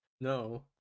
No